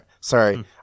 Sorry